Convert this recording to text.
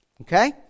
Okay